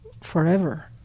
forever